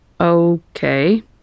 Okay